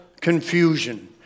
confusion